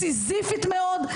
סיזיפית מאוד.